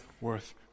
worth